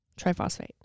triphosphate